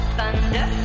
Thunder